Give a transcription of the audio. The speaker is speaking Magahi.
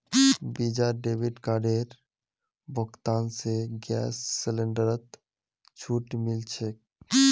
वीजा डेबिट कार्डेर भुगतान स गैस सिलेंडरत छूट मिल छेक